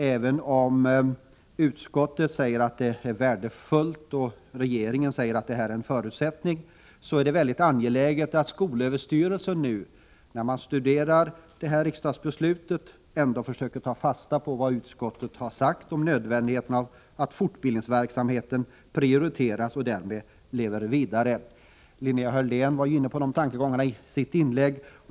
Även om utskottet säger att fortbildningen är värdefull och regeringen förklarar att den är en förutsättning för Lgr 80, är det väldigt angeläget att skolöverstyrelsen nu i sitt studium av detta riksdagsbeslut försöker ta fasta på vad utskottet har sagt om nödvändigheten av att fortbildningsverksamheten prioriteras och därmed lever vidare. Linnea Hörlén var inne på dessa tankegångar i sitt inlägg.